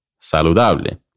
Saludable